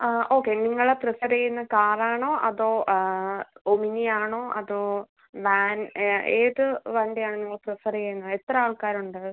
ആ ഓക്കെ നിങ്ങൾ പ്രിഫെർ ചെയ്യുന്നത് കാറാണൊ അതോ ഒംനി ആണോ അതോ വാൻ ഏത് വണ്ടിയാണ് നിങ്ങൾ പ്രിഫെർ ചെയ്യുന്ന എത്ര ആൾക്കാരുണ്ട്